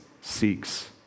seeks